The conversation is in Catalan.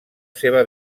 seva